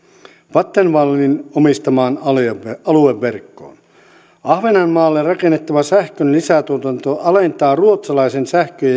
vattenfallin omistamaan alueverkkoon ahvenanmaalle rakennettava sähkön lisätuotanto alentaa ruotsalaisten